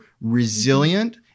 resilient